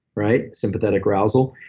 right? sympathetic arousal,